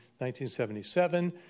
1977